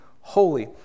holy